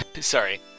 sorry